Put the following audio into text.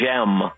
Gem